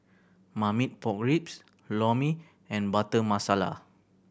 Marmite Pork Ribs Lor Mee and Butter Masala